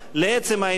לעצם העניין,